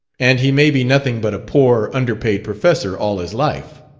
and he may be nothing but a poor, underpaid professor all his life.